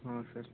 ହଁ ସାର୍